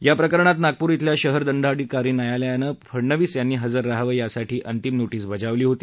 या प्रकरणात नागपूर क्वेल्या शहर दंडाधिकारी न्यायालयानं फडणवीस यांनी हजर राहावं यासाठी अंतिम नोटीस बजावली होती